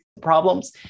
problems